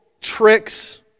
tricks